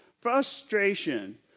Frustration